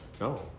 no